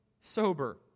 sober